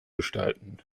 gestalten